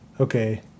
Okay